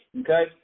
Okay